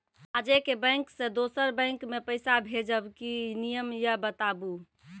आजे के बैंक से दोसर बैंक मे पैसा भेज ब की नियम या बताबू?